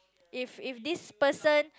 if if this person